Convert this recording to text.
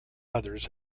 others